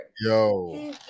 yo